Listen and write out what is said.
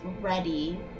ready